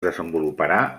desenvoluparà